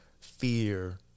fear